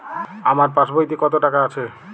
আমার পাসবইতে কত টাকা আছে?